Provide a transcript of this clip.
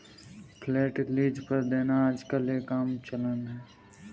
flat lease पर देना आजकल एक आम चलन है